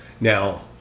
Now